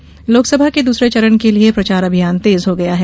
प्रचार अभियान लोकसभा के दूसरे चरण के लिए प्रचार अभियान तेज हो गया है